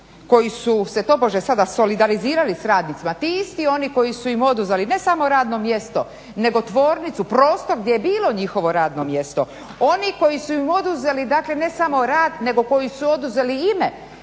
koji su se tobože sada solidarizirali s radnicima, ti isti oni koji su im oduzeli ne samo radno mjesto nego tvornicu, prostor gdje je bilo njihovo radno mjesto, oni koji su im oduzeli dakle ne samo rad nego koji su oduzeli ime